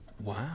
Wow